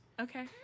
Okay